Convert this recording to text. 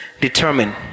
determine